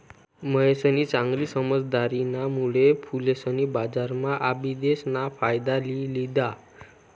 महेशनी चांगली समझदारीना मुळे फुलेसनी बजारम्हा आबिदेस ना फायदा लि लिदा